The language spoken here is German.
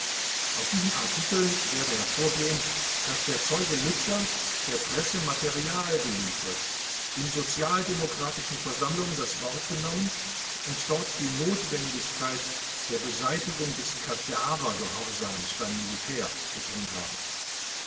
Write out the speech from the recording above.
aus diesen artikeln werde hervorgehen daß der zeuge lütscher der presse material geliefert in sozialdemokratischen versammlungen das wort genommen und dort die notwendigkeit der beseitigung des kadavergehorsams beim militär betont habe